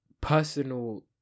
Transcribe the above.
personal